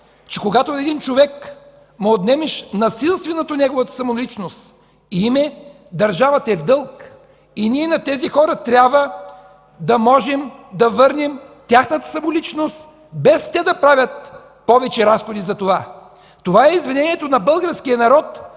че когато на един човек му отнемеш насилствено неговата самоличност и име, държавата е в дълг. На тези хора трябва да можем да върнем тяхната самоличност, без те да правят повече разходи за това. Това е извинението на българския народ